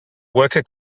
worker